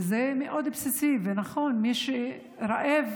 וזה מאוד בסיסי, ונכון שמי שרעב